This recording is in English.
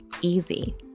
easy